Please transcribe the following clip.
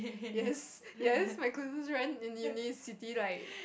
yes yes my closest friend in university is